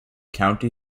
county